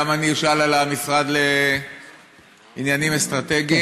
גם אני אשאל על המשרד לעניינים אסטרטגיים,